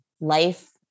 Life